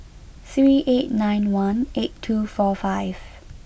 three eight nine one eight two four five